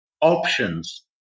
options